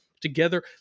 together